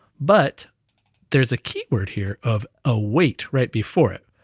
but there's a keyword here of oh wait, right before it,